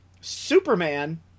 Superman